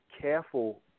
careful